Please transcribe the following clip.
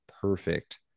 perfect